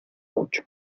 mucho